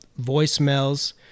voicemails